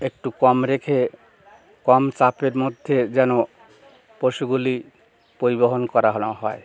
একটু কম রেখে কম চাপের মধ্যে যেন পশুগুলি পরিবহন করানো হয়